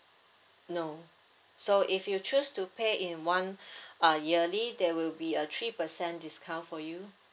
no so if you choose to pay in one uh yearly there will be a three percent discount for you